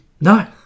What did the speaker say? No